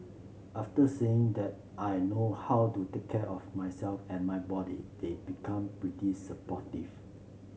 after seeing that I know how to take care of myself and my body they've become pretty supportive